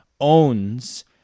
owns